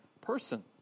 person